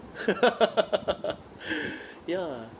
ya